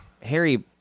Harry